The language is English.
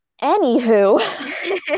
anywho